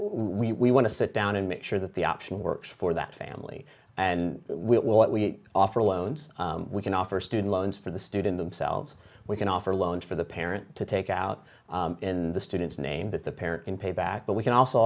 we want to sit down and make sure that the option works for that family and we will what we offer loans we can offer student loans for the student themselves we can offer loans for the parent to take out in the student's name that the parent can pay back but we can also